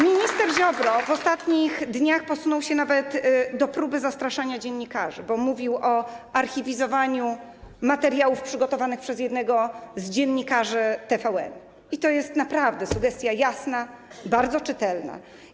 Minister Ziobro w ostatnich dniach posunął się nawet do próby zastraszania dziennikarzy, bo mówił o archiwizowaniu materiałów przygotowanych przez jednego z dziennikarzy TVN, i to jest naprawdę sugestia jasna, bardzo czytelna.